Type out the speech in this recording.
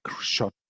shot